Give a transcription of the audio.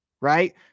right